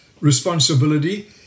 responsibility